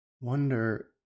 wonder